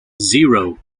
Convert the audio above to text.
zero